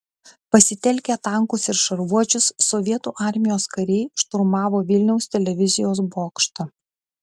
pasitelkę tankus ir šarvuočius sovietų armijos kariai šturmavo vilniaus televizijos bokštą